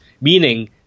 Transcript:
meaning